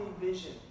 vision